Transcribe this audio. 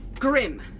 Grim